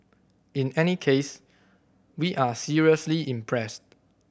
in any case we are seriously impressed